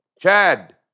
Chad